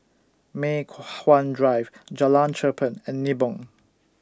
Mei Hwan Drive Jalan Cherpen and Nibong